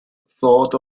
thought